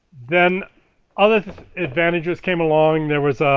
then other advantages came along, there was